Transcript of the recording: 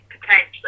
potentially